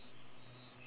I think that's ab~